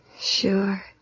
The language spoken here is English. Sure